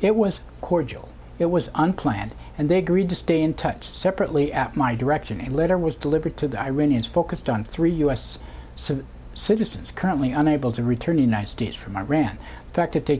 it was cordial it was unplanned and they agreed to stay in touch separately at my direction a letter was delivered to the iranians focused on three u s so citizens currently unable to return the united states from iran fact if they